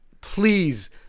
Please